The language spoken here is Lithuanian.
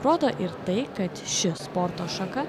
rodo ir tai kad ši sporto šaka